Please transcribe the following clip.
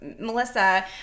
Melissa